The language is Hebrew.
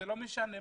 זה לא משנה מה,